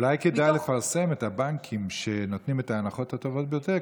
אולי כדאי לפרסם את הבנקים שנותנים את ההנחות הטובות ביותר,